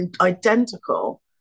identical